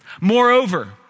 Moreover